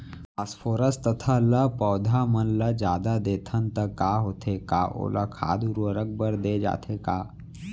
Phosphorus तथा ल पौधा मन ल जादा देथन त का होथे हे, का ओला खाद उर्वरक बर दे जाथे का?